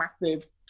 massive